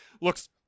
looks